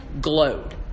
glowed